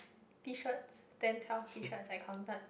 T shirts ten twelve T shirts I counted